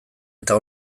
eta